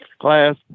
class